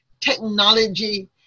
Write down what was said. technology